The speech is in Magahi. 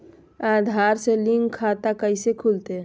आधार से लिंक खाता कैसे खुलते?